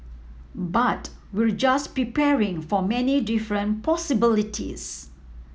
but we're just preparing for many different possibilities